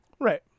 right